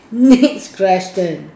next question